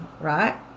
Right